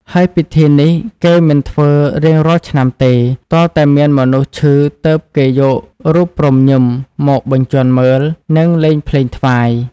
ហើយពិធីនេះគេមិនធ្វើរាងរាល់ឆ្នាំទេ ទាល់តែមានមនុស្សឈឺទើបគេយករូបព្រំុ-ញឹម មកបញ្ជាន់មើល និងលេងភ្លេងថ្វាយ។